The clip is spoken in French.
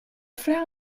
flaire